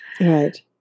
Right